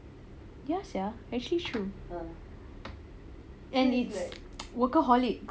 ya sia actually true and it's workaholics